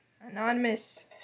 anonymous